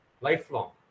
lifelong